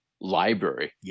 library